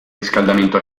riscaldamento